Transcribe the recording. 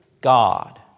God